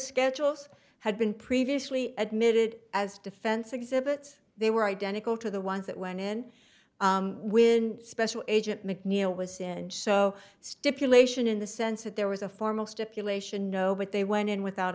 schedules had been previously admitted as defense exhibits they were identical to the ones that went in when special agent mcneil was in and so stipulation in the sense that there was a formal stipulation no but they went in without